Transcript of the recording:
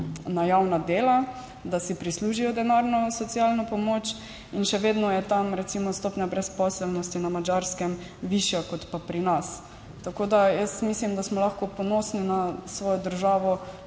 na javna dela, da si prislužijo denarno socialno pomoč, in še vedno je tam recimo stopnja brezposelnosti, na Madžarskem, višja kot pa pri nas. Tako da mislim, da smo lahko ponosni na svojo državo,